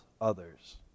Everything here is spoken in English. others